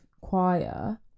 choir